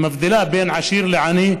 שמבדילה בין עשיר לעני,